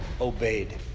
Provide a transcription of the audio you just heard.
Obeyed